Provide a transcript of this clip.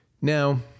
Now